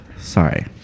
Sorry